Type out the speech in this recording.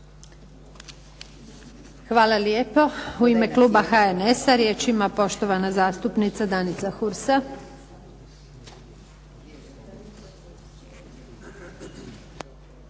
Hvala lijepo. U ime kluba HNS-a riječ ima poštovana zastupnica Danica Hursa.